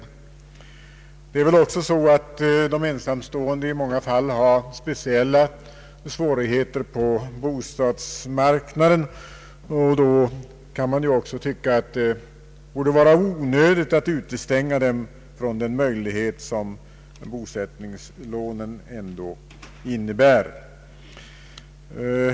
De ensamstående har i många fall speciella svårigheter på bostadsmarknaden. Då kan man också tycka att det borde vara onödigt att utestänga dem från den möjlighet att få ett hem som bosättningslånen ändå innebär.